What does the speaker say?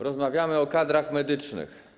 Rozmawiamy o kadrach medycznych.